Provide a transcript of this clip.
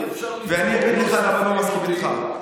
ואני אגיד לך למה אני לא מסכים איתך.